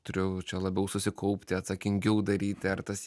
turiu čia labiau susikaupti atsakingiau daryti ar tas